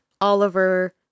Oliver